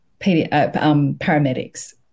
Paramedics